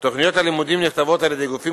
תוכניות הלימודים נכתבות על-ידי גופים